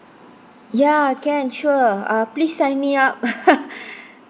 ya can sure uh please sign me up